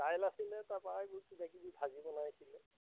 দাইল আছিলে তাৰ পৰা আৰু কিবা কিবি ভাজি বনাইছিলে